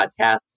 podcasts